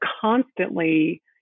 constantly